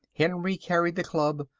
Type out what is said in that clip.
henry carried the club.